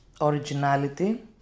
Originality